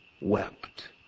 wept